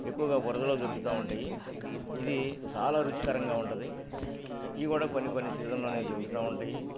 ఎక్కువగా బరదలో దొరుగుతా ఉంటాయి ఇది చాలా రుచికరంగా ఉంటది ఈ కూడా కొన్ని కొన్ని సీజన్లోనేవి జరుతా ఉంటాయి